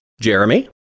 Jeremy